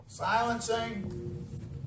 silencing